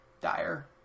dire